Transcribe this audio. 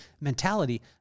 mentality